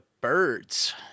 Birds